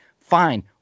fine